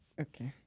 Okay